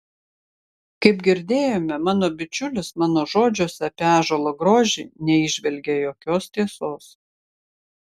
kaip girdėjome mano bičiulis mano žodžiuose apie ąžuolo grožį neįžvelgė jokios tiesos